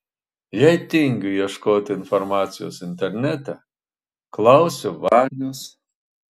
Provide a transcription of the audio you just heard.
jei tingiu ieškoti informacijos internete klausiu vanios